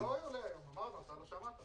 להבדיל מתביעה רגילה שמתנהלת.